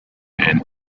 and